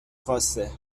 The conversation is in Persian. خواسته